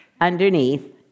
underneath